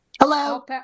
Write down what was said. Hello